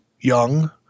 young